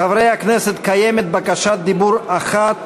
חברי הכנסת, קיימת בקשת דיבור אחת